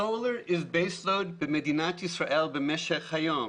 סולר הוא הבסיס במדינת ישראל במשך היום.